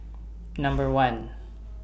Number one